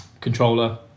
controller